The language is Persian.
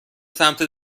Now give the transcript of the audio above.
سمت